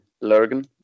Lurgan